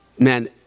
Man